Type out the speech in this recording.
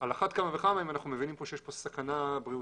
על אחת כמה וכמה אם אנחנו מבינים שיש פה סכנה בריאותית,